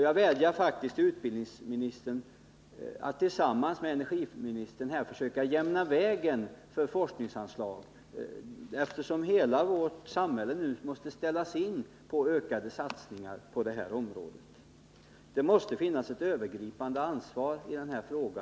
Jag vädjar till utbildningsministern att tillsammans med energiministern försöka jämna vägen för forskningsanslag, eftersom hela vårt samhälle måste inriktas på en ökning av satsningarna på det här området. Regeringen måste ha ett övergripande ansvar i denna fråga.